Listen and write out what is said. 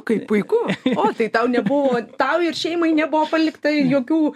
kaip puiku o tai tau nebuvo tau ir šeimai nebuvo palikta jokių